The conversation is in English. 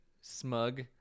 smug